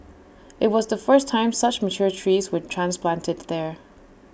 IT was the first time such mature trees were transplanted there